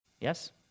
Yes